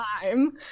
time